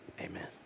Amen